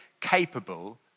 capable